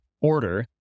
order